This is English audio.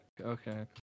Okay